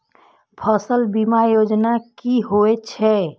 फसल बीमा योजना कि होए छै?